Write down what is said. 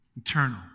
eternal